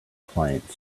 client